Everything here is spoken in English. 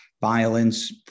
Violence